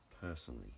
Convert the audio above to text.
personally